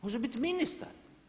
Može biti ministar.